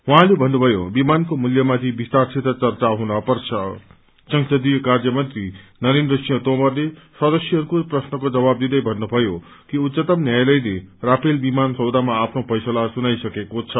उहाँले भन्नुभयो विमानको मूल्यमाथि विसतारसित चच्च हुनपर्छ संसदीय कार्य मंत्री नरेन्द्र सिंह तोमरले सदस्यहरूको प्रश्नको जवाब दिँदै भन्नुभयो कि उच्चतम न्यायालयले राफेल विमान सौदामा आफ्नो फैसला सुनाएको छ